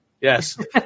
Yes